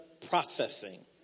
Processing